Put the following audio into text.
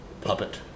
puppet